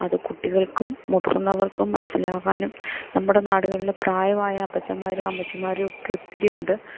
അത് കുട്ടികൾക്കും മുതിർന്നവർക്കും മനസ്സിലാകാനും നമ്മുടെ നാടുകളില് പ്രായവായ അപ്പച്ചന്മാരും അമ്മച്ചിമാരും ഒക്കെ ഒത്തിരിയുണ്ട്